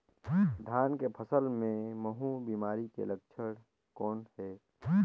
धान के फसल मे महू बिमारी के लक्षण कौन हे?